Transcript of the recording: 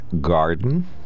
Garden